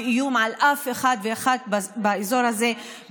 ולא היווה איום על אף אחד ואחד באזור הזה,